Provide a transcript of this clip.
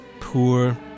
poor